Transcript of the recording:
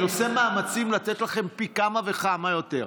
אני עושה מאמצים לתת לכם פי כמה וכמה יותר.